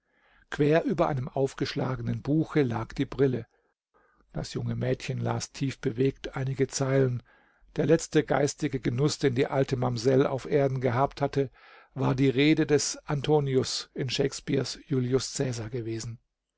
quer über einem aufgeschlagenen buche lag die brille das junge mädchen las tiefbewegt einige zeilen der letzte geistige genuß den die alte mamsell auf erden gehabt hatte war die rede des antonius in shakespeares julius cäsar gewesen